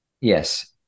Yes